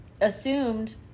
Assumed